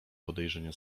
podejrzenie